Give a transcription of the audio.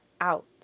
out